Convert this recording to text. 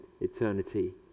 eternity